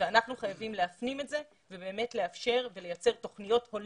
אנחנו חייבים להפנים את זה ולאפשר ולייצר תוכניות הוליסטיות,